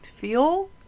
fuel